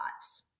lives